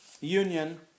union